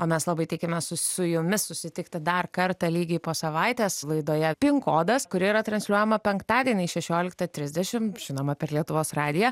o mes labai tikimės su jumis susitikti dar kartą lygiai po savaitės laidoje pin kodas kuri yra transliuojama penktadieniais šešioliktą trisdešim žinoma per lietuvos radiją